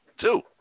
two